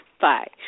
Bye